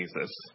Jesus